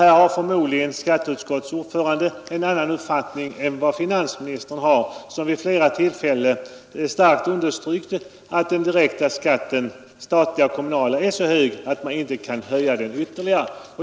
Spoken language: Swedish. Härvidlag har förmodligen skatteutskottets ordförande en annan uppfattning än vad finansministern har Denne har vid flera tillfällen starkt understrukit att den direkta skatten den statliga och kommunala är så hög att den inte kan höjas ytterligare.